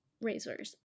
razors